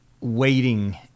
waiting